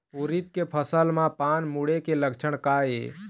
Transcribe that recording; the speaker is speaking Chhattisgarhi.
उरीद के फसल म पान मुड़े के लक्षण का ये?